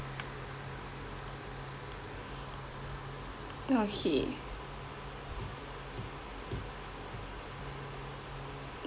okay